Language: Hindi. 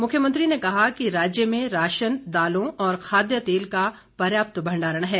मुख्यमंत्री ने कहा कि राज्य में राशन दालों और खाद्य तेल का पर्याप्त भंडारण है